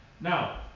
Now